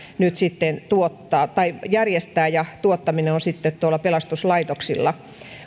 nyt sitten järjestää ja tuottaminen on sitten pelastuslaitoksilla